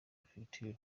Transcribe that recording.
perefegitura